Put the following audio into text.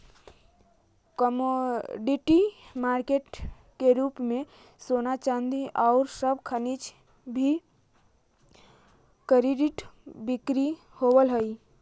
commodity market के रूप में सोना चांदी औउर सब खनिज के भी कर्रिड बिक्री होवऽ हई